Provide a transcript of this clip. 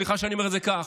סליחה שאני אומר את זה כך,